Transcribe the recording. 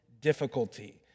difficulty